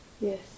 yes